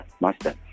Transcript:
master